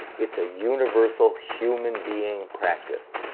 it's a universal human being practice.